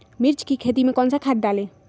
मिर्च की खेती में कौन सा खाद डालें?